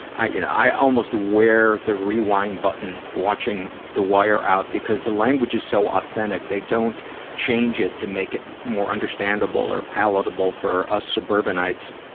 i, you know, i wear the rewind button watching the wire out because the language is so authentic. they don't change it to make it more understandable or palatable for us suburbanites.